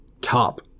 top